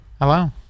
Hello